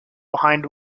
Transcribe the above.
behind